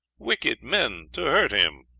wicked men to hurt him.